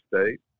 State